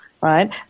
right